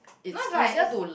no it's like it's